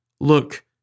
Look